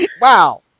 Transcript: Wow